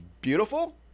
beautiful